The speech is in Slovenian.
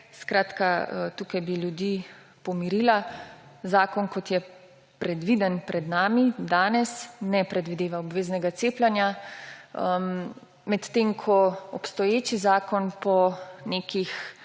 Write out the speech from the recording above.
naprej. Tukaj bi ljudi pomirila, zakon, kot je predviden pred nami danes, ne predvideva obveznega cepljenja, medtem ko obstoječi zakon pa bi